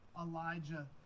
Elijah